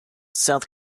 south